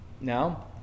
Now